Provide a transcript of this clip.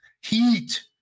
Heat